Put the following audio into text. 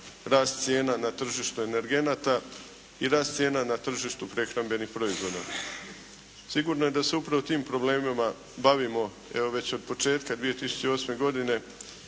rast cijena na tržištu energenata i rast cijena na tržištu prehrambenih proizvoda. Sigurno je da se upravo tim problemima bavimo evo već od početka 2008. godine.